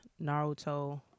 naruto